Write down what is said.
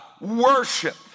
worship